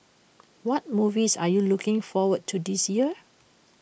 what movies are you looking forward to this year